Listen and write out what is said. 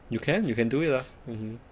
you can you can do it ah